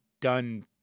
done